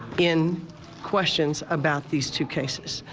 in questions about these two cases.